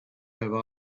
have